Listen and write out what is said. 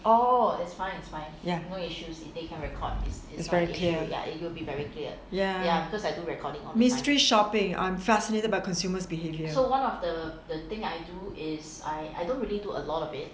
ya is very clear !yay! mystery shopping I'm fascinated by consumers behaviour